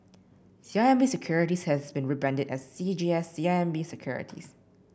C I M B Securities has been rebranded as C G S C I M B Securities